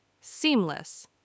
seamless